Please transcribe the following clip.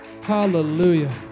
Hallelujah